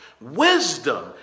Wisdom